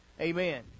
Amen